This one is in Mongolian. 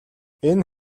энэ